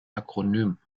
akronym